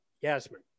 Yasmin